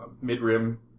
mid-rim